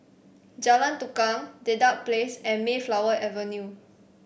Jalan Tukang Dedap Place and Mayflower Avenue